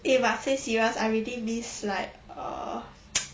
if I say serious I already miss like err